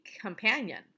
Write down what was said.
companion